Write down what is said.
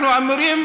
אנחנו אמורים